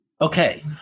Okay